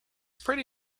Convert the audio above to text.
pretty